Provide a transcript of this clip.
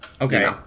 Okay